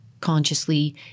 consciously